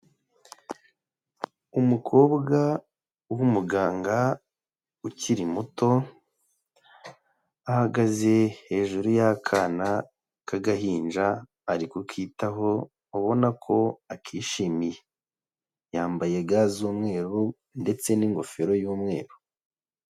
Umukobwa w'umuganga ukiri muto ahagaze hejuru y'akana k'agahinja arikutaho abona ko akishimiye yambaye ga z'umweru ndetse n'ingofero y'umweru.